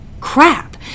crap